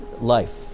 life